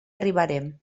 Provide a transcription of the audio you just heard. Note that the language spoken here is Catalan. arribarem